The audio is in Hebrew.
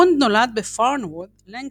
מונד נולד בפארנוורת', לנקשייר.